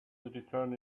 return